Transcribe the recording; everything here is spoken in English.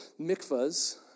mikvahs